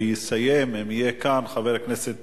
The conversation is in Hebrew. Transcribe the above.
ויסיים, אם יהיה כאן, חבר הכנסת